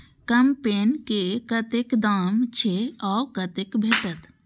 कम्पेन के कतेक दाम छै आ कतय भेटत?